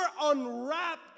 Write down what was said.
unwrap